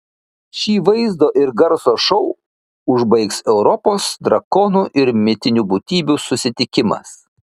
šį vaizdo ir garso šou užbaigs europos drakonų ir mitinių būtybių susitikimas